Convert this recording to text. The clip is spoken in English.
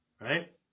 right